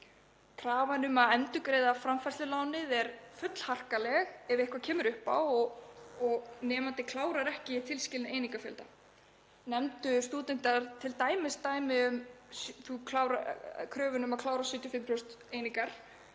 Krafan um að endurgreiða framfærslulánið er fullharkaleg ef eitthvað kemur upp á og nemandi klárar ekki tilskilinn einingafjölda. Nefndu stúdentar t.d. dæmi um kröfuna um að klára 75% eininga,